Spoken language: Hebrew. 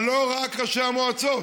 אבל לא רק ראשי המועצות.